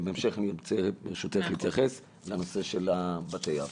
בהמשך אני ארצה ברשותך להתייחס לנושא של בתי אב.